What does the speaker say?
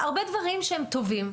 אלה הרבה דברים שהם טובים.